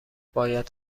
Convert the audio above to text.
باید